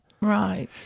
Right